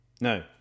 No